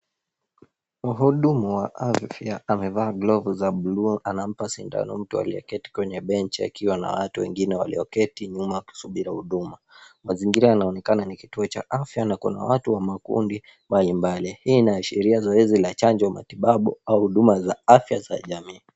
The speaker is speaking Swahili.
Mhudumu wa afya amevaa glovu za buluu anampa sindano mtu aliyeketi kwenye benji akiwa na watu wengine walioketi nyuma kusubiri huduma. Mazingira yanaonekana ni kituo cha afya na kuna watu wa makundi mbalimbali. Hii inaashiria zoezi la chanjo, matibabu au huduma za afya za jamii.